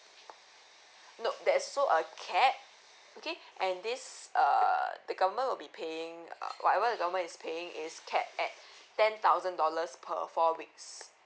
no that's so a cap okay and this err the government will be paying uh whatever the government is paying is capped at ten thousand dollars per four weeks